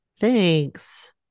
Thanks